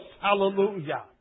Hallelujah